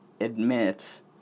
admit